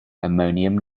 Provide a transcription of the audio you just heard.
ammonium